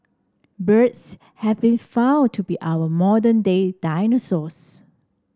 birds have been found to be our modern day dinosaurs